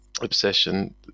obsession